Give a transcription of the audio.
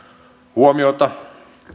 huomiota